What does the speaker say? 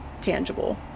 tangible